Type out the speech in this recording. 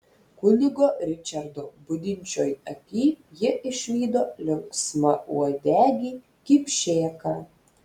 kunigo ričardo budinčioj aky ji išvydo linksmauodegį kipšėką